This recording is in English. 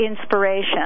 inspiration